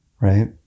right